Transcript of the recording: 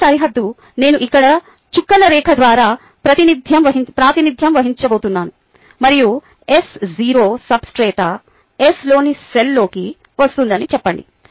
system సరిహద్దు నేను ఇక్కడ చుక్కల రేఖ ద్వారా ప్రాతినిధ్యం వహించబోతున్నాను మరియు S0 సబ్స్ట్రేట్ S లోని సెల్ లోకి వస్తుందని చెప్పండి